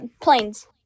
planes